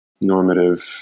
normative